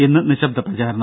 ഇന്ന് നിശബ്ദ പ്രചാരണം